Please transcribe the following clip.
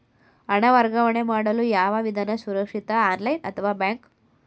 ಹಣ ವರ್ಗಾವಣೆ ಮಾಡಲು ಯಾವ ವಿಧಾನ ಸುರಕ್ಷಿತ ಆನ್ಲೈನ್ ಅಥವಾ ಬ್ಯಾಂಕ್?